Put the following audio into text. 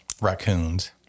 raccoons